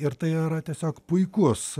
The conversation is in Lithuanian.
ir tai yra tiesiog puikus